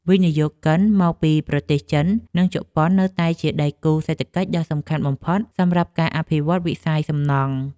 វិនិយោគិនមកពីប្រទេសចិន និងជប៉ុននៅតែជាដៃគូសេដ្ឋកិច្ចដ៏សំខាន់បំផុតក្នុងការអភិវឌ្ឍវិស័យសំណង់។